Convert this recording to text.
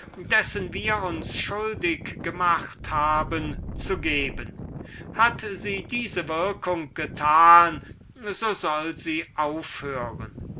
dessen wir uns schuldig fühlen zu geben sobald sie diese würkung getan hat soll sie aufhören